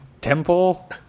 temple